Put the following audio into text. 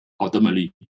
ultimately